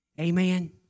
Amen